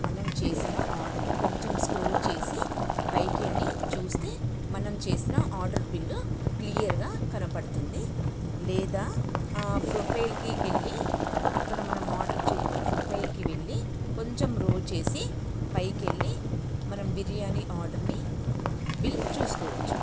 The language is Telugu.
మనం చేసిన ఆర్డరు కొంచెం స్క్రోల్ చేసి పైకి అని చూస్తే మనం చేసిన ఆర్డర్ బిల్లు క్లియర్గా కనపడుతుంది లేదా ఫ్రొఫైల్కి వెళ్ళి అక్కడ మనం ఆర్డర్ చేసి ప్రొఫైల్కి వెళ్ళి కొంచెం రోల్ చేసి పైకెళ్ళి మనం బిర్యానీ ఆర్డర్ని బిల్ చూసుకోవచ్చు